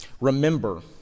Remember